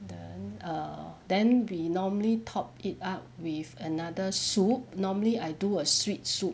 then err then we normally top it up with another soup normally I do a sweet soup